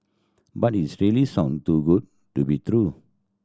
but its sound too good to be true